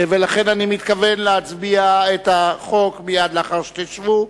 לכן אני מתכוון להביא את הצעת החוק להצבעה מייד לאחר שתשבו,